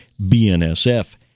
bnsf